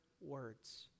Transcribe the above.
words